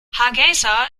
hargeysa